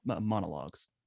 monologues